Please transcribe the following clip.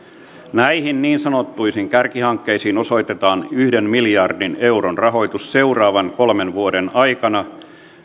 näihin niin sanottuihin kärkihankkeisiin osoitetaan yhden miljardin euron rahoitus seuraavien kolmen vuoden aikana